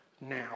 now